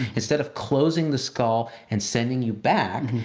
instead of closing the skull and sending you back,